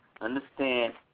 understand